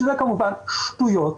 שאלה כמובן שטויות.